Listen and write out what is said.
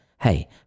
Hey